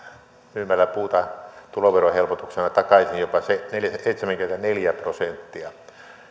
myymällä puuta tuloverohelpotuksena takaisin jopa seitsemänkymmentäneljä prosenttia